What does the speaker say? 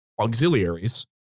auxiliaries